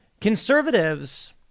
Conservatives